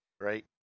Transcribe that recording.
Right